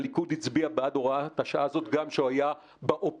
שהליכוד הצביע בעד הוראת השעה הזאת גם כשהוא היה באופוזיציה.